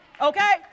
Okay